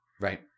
Right